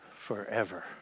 forever